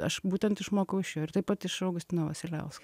aš būtent išmokau iš jo ir taip pat iš augustino vasiliausko